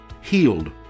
healed